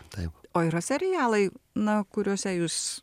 taip o yra serialai na kuriuose jūs